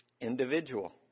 individual